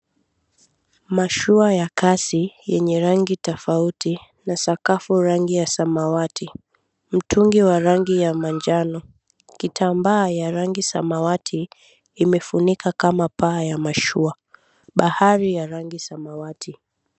Mashua ya kasi, yenye rangi tofauti na sakafu rangi ya samawati. Mtungi wa rangi ya manjano, kitambaa ya rangi samawati imefunika kama paa ya mashua. Bahari ya rangi samawati.